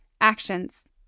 Actions